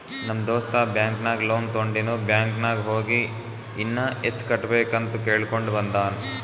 ನಮ್ ದೋಸ್ತ ಬ್ಯಾಂಕ್ ನಾಗ್ ಲೋನ್ ತೊಂಡಿನು ಬ್ಯಾಂಕ್ ನಾಗ್ ಹೋಗಿ ಇನ್ನಾ ಎಸ್ಟ್ ಕಟ್ಟಬೇಕ್ ಅಂತ್ ಕೇಳ್ಕೊಂಡ ಬಂದಾನ್